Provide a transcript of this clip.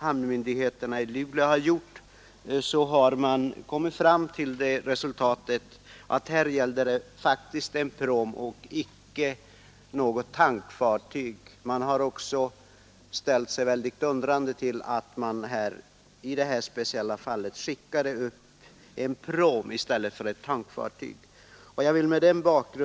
Hamnmyndigheterna i Luleå har kommit fram till samma resultat att det här faktiskt gällde en pråm och inte ett tankfartyg. De har också ställt sig undrande till att man i detta speciella fall skickade upp en pråm för transport av spillolja.